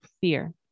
fear